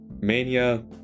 Mania